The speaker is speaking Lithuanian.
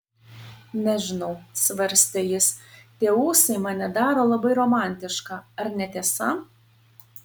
nežinau svarstė jis tie ūsai mane daro labai romantišką ar ne tiesa